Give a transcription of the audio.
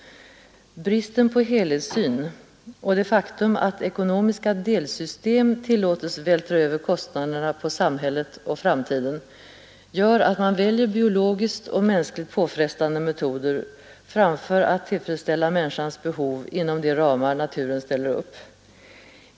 Bristen på helhetssyn och det faktum att ekonomiska delsystem tillåtes vältra över kostnaderna på samhället och framtiden gör att man väljer biologiskt och mänskligt påfrestande metoder i stället för att tillfredsställa människans behov inom de ramar naturen ställer upp.